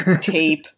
tape